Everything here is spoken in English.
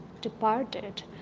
departed